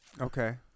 Okay